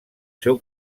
seu